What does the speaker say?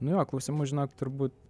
nu jo klausimų žinok turbūt